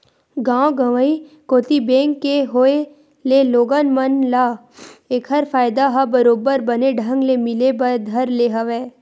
गाँव गंवई कोती बेंक के होय ले लोगन मन ल ऐखर फायदा ह बरोबर बने ढंग ले मिले बर धर ले हवय